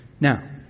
Now